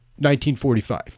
1945